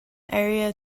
area